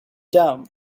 dumb